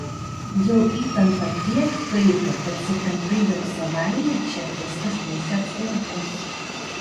jau įtampa tiek kaito kad supratai jog savaime čia viskas nesiabsorbuos